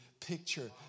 picture